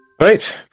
right